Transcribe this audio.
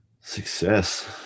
success